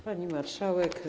Pani Marszałek!